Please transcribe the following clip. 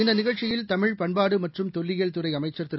இந்தநிகழ்ச்சியில் தமிழ் பண்பாடுமற்றும் தொல்லியல் துறைஅமைச்சர் திரு